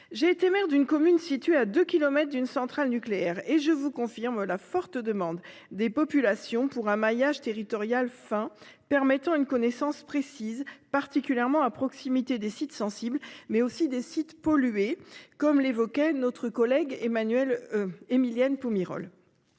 J'ai été maire d'une commune située à deux kilomètres d'une centrale nucléaire, et je vous confirme la forte demande des populations pour un maillage territorial fin, permettant une connaissance précise, particulièrement à proximité des sites sensibles ou pollués, comme l'a souligné notre collègue Émilienne Poumirol.